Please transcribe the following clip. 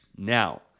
Now